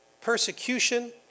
persecution